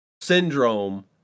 Syndrome